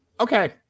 Okay